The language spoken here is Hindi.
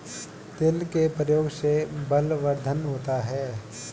तिल के प्रयोग से बलवर्धन होता है